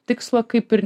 tikslo kaip ir